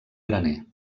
graner